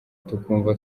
tukumva